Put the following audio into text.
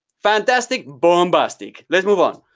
fantastic, bombastic. let's move on.